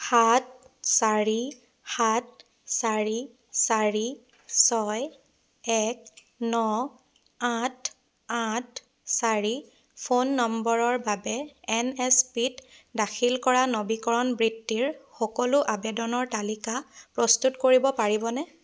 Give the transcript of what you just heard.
সাত চাৰি সাত চাৰি চাৰি ছয় এক ন আঠ আঠ চাৰি ফোন নম্বৰৰ বাবে এন এছ পি ত দাখিল কৰা নবীকৰণ বৃত্তিৰ সকলো আবেদনৰ তালিকা প্ৰস্তুত কৰিব পাৰিবনে